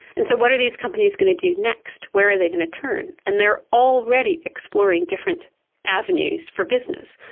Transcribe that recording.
and so what are these companies going to do next? where are they going to turn? and they are already exploring different avenues for business,